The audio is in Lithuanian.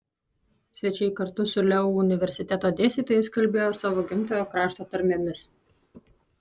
svečiai kartu su leu universiteto dėstytojais kalbėjo savo gimtojo krašto tarmėmis